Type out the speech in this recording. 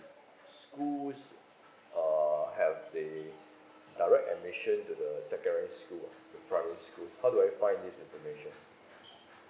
schools uh have the direct admission to the secondary school ah the private school how do I find this information